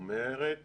אומרת